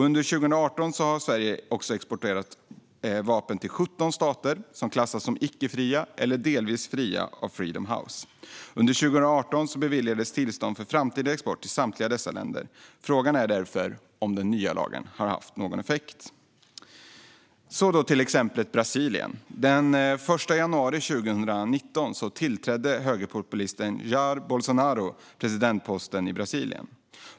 Under 2018 har Sverige också exporterat vapen till 17 stater som klassas som icke fria eller delvis fria av Freedom House. Under 2018 beviljades tillstånd för framtida export till samtliga dessa länder. Frågan är därför om den nya lagen har haft någon effekt. Så till exemplet Brasilien. Den 1 januari 2019 tillträdde högerpopulisten Jair Bolsonaro presidentposten i Brasilien.